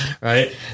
right